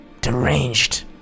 deranged